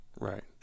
Right